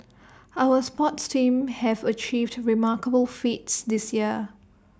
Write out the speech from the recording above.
our sports teams have achieved remarkable feats this year